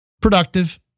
productive